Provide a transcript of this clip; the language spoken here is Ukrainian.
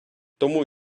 тому